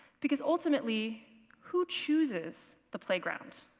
because ultimately who chooses the playground?